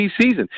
season